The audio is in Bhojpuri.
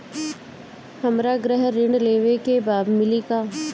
हमरा गृह ऋण लेवे के बा मिली का?